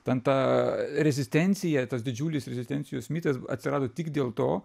ten ta rezistencija tas didžiulis rezistencijos mitas atsirado tik dėl to